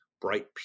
bright